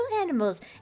animals